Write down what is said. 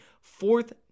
fourth